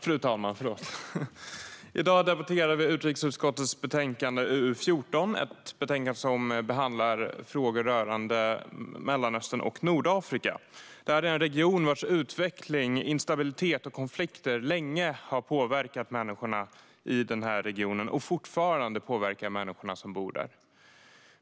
Fru talman! I dag debatterar vi utrikesutskottets betänkande UU14. Det är ett betänkande som behandlar frågor rörande Mellanöstern och Nordafrika. Det är en region vars utveckling, instabilitet och konflikter länge har påverkat människorna i regionen och fortfarande påverkar människorna som bor där.